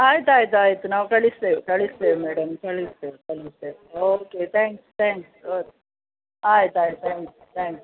ಆಯ್ತು ಆಯ್ತು ಆಯಿತು ನಾವು ಕಳಿಸ್ತೇವೆ ಕಳಿಸ್ತೇವೆ ಮೇಡಮ್ ಕಳಿಸ್ತೇವೆ ಕಳಿಸ್ತೇವೆ ಓಕೆ ತ್ಯಾಂಕ್ಸ್ ತ್ಯಾಂಕ್ಸ್ ಓ ಆಯ್ತು ಆಯ್ತು ತ್ಯಾಂಕ್ಸ್ ತ್ಯಾಂಕ್ಸ್